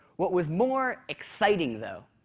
what was more exciting though,